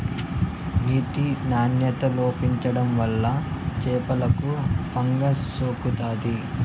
నీటి నాణ్యత లోపించడం వల్ల చేపలకు ఫంగస్ సోకుతాది